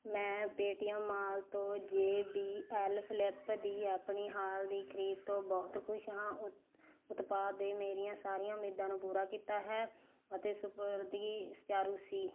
ਮੈਂ Paytm mall ਤੋਂ J B L flip ਦੀ ਆਪਣੀ ਹਾਲ ਹੀ ਦੀ ਖਰੀਦ ਤੋਂ ਬਹੁਤ ਖੁਸ਼ ਹਾਂ ਉਤ ਉਤਪਾਦ ਨੇ ਮੇਰੀਆਂ ਸਾਰੀਆਂ ਉਮੀਦਾਂ ਨੂੰ ਪੂਰਾ ਕੀਤਾ ਹੈ ਅਤੇ ਸਪੁਰਦਗੀ ਸੁਚਾਰੂ ਸੀ